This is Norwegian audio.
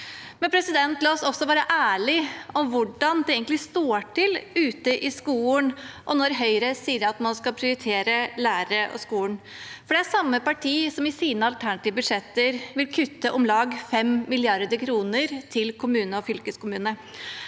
behov. La oss også være ærlig om hvordan det egentlig står til ute i skolen, og når Høyre sier at man skal prioritere lærere og skole. Det er samme parti som i sine alternative budsjetter vil kutte om lag 5 mrd. kr til kommunene og fylkeskommunene.